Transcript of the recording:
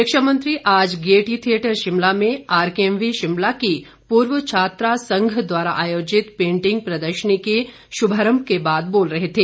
शिक्षा मंत्री आज गेयटी थियेटर शिमला में आरकेएमवी शिमला की पूर्व छात्रा संघ द्वारा आयोजित पेंटिग प्रदर्शनी के शुभारंभ के बाद बोल रहे थे